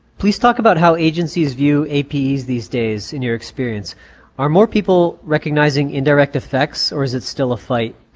please talk about how agencies view apes these these days. in your experience are more people recognizing indirect effects or is it still a fight?